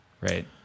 right